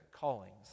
callings